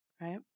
Right